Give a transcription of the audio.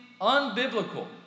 unbiblical